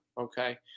okay